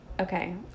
Okay